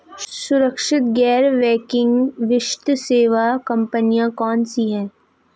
सुरक्षित गैर बैंकिंग वित्त सेवा कंपनियां कौनसी हैं?